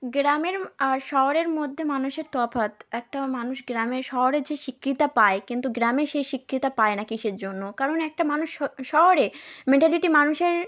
গ্রামের আর শহরের মধ্যে মানুষের তফাৎ একটা মানুষ গ্রামের শহরের যে স্বীকৃতি পায় কিন্তু গ্রামে সেই স্বীকৃতি পায় না কীসের জন্য কারণ একটা মানুষ শ শহরে মেন্টালিটি মানুষের